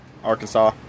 Arkansas